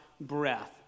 breath